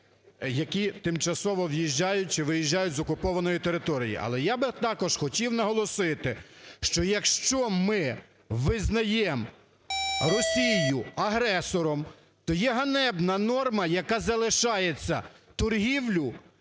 які тимчасово в'їжджають чи виїжджають з окупованої території. Але я би також хотів би наголосити, що якщо ми визнаємо Росію агресором, то є ганебна норма, яка залишається, – торгівля